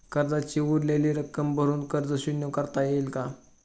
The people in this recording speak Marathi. कर्जाची उरलेली रक्कम भरून कर्ज शून्य करता येईल का?